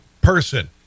person